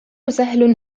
سهل